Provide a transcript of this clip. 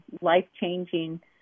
life-changing